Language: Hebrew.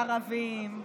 ערבים,